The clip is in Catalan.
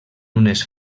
unes